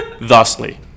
thusly